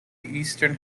eastern